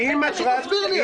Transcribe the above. מנסור, מנסור.